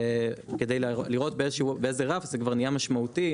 כדי לראות באיזה רף זה כבר נהיה משמעותי,